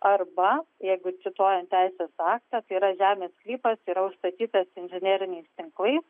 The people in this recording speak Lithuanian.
arba jeigu cituojant teisės aktą tai yra žemės sklypas yra užstatytas inžineriniais tinklais